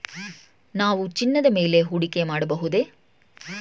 ನಾವು ಚಿನ್ನದ ಮೇಲೆ ಹೂಡಿಕೆ ಮಾಡಬಹುದೇ?